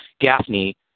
Gaffney